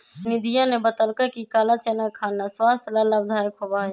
निधिया ने बतल कई कि काला चना खाना स्वास्थ्य ला लाभदायक होबा हई